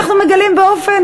אנחנו מגלים באופן,